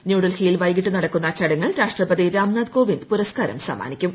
ന്യൂഡൽഹിയിൽ വൈകിട്ട് നടക്കുന്ന ചടങ്ങിൽ രാഷ്ട്രപതി രാംനാഥ് കോവിന്ദ് പുരസ്കാരം സമ്മാനിക്കും